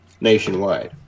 nationwide